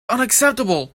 unacceptable